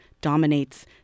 dominates